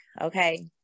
okay